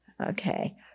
Okay